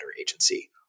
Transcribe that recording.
agency